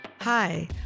Hi